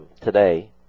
today